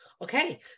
Okay